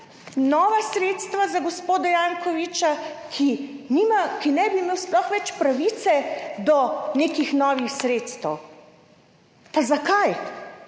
nova sredstva za gospoda Jankovića, ki sploh ne bi imel več pravice do nekih novih sredstev. Pa zakaj?!